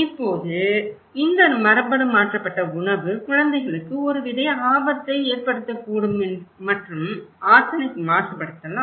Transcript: இப்போது இந்த மரபணு மாற்றப்பட்ட உணவு குழந்தைகளுக்கு ஒருவித ஆபத்தை ஏற்படுத்தக்கூடும் மற்றும் ஆர்சனிக் மாசுபடுத்தலாம்